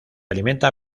alimenta